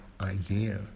idea